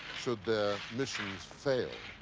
should their missions fail.